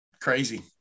crazy